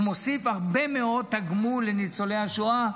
הוא מוסיף הרבה מאוד תגמול לניצולי השואה,